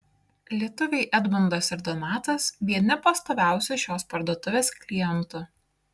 lietuviai edmundas ir donatas vieni pastoviausių šios parduotuvės klientų